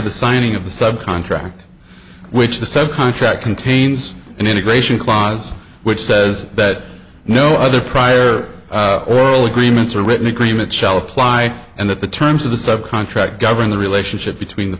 the signing of the sub contract which the said contract contains an integration clause which says that no other prior role agreements are written agreement shall apply and that the terms of the sub contract govern the relationship between the